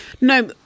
No